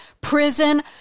prison